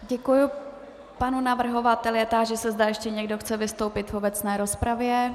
Děkuji panu navrhovateli a táži se, zda ještě někdo chce vystoupit v obecné rozpravě.